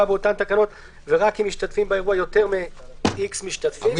באותן תקנות ורק אם משתתפים באירוע יותר מ-___ משתתפים,